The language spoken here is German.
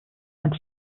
und